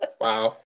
Wow